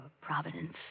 Providence